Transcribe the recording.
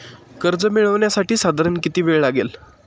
कर्ज मिळविण्यासाठी साधारण किती वेळ लागेल?